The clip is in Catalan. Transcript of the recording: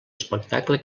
espectacle